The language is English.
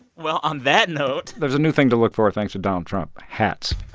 well, on that note. there's a new thing to look for thanks to donald trump hats